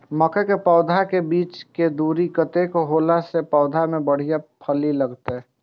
मके के पौधा के बीच के दूरी कतेक होला से पौधा में बढ़िया फली लगते?